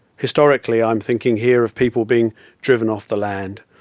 historically i'm thinking here of people being driven off the land,